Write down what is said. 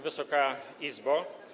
Wysoka Izbo!